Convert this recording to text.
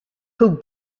who